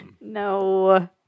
No